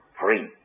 free